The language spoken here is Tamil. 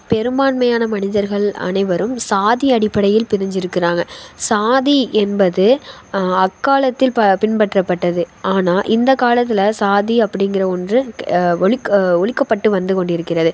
பெரும்பான்மையான மனிதர்கள் அனைவரும் சாதி அடிப்படையில் பிரிஞ்சிருக்கிறாங்க சாதி என்பது அக்காலத்தில் ப பின்பற்றப்பட்டது ஆனால் இந்த காலத்தில் சாதி அப்படிங்கிற ஒன்று க ஒழிக் ஒழிக்கப்பட்டு வந்து கொண்டு இருக்கிறது